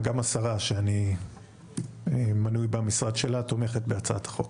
גם השרה שאני מנוי במשרה שלה תומכת בהצעת החוק.